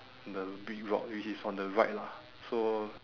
the big rock which is on the right lah so